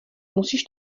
musíš